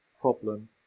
problem